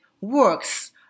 works